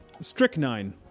strychnine